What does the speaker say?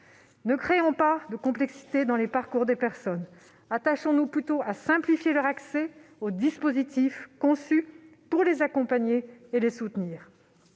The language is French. Ne créons pas de complexité dans les parcours des personnes ! Attachons-nous plutôt à leur simplifier l'accès aux dispositifs conçus pour les accompagner et les soutenir.